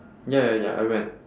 ya ya ya I went